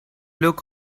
look